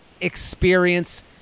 experience